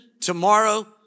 tomorrow